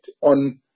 on